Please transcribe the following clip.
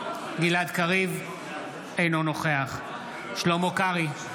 אינו נוכח שלמה קרעי,